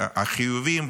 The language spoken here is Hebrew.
החיוביים,